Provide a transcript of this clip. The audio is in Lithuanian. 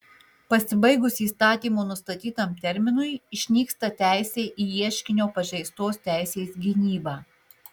pasibaigus įstatymo nustatytam terminui išnyksta teisė į ieškinio pažeistos teisės gynybą